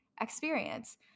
experience